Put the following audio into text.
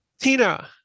Tina